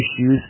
issues